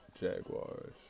Jaguars